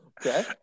Okay